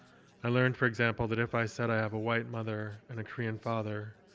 i learned, for example, that if i said i have a white mother, and a korean father,